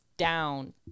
down